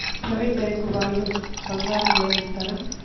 Private bank వాళ్ళు బంగారం loan ఇస్తారా?